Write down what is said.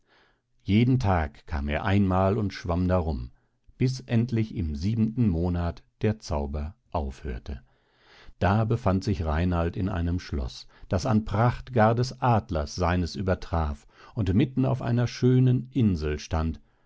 jeden tag kam er einmal und schwamm darum bis endlich im siebenten monat der zauber aufhörte da befand sich reinald in einem schloß das an pracht gar des adlers seines übertraf und mitten auf einer schönen insel stand